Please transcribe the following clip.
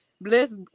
Bless